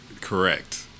Correct